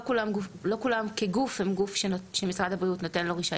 לא כולם הם גוף שמשרד הבריאות נותן לו רישיון?